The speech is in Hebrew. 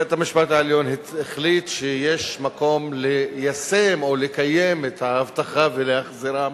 בית-המשפט העליון החליט שיש מקום ליישם או לקיים את ההבטחה ולהחזירם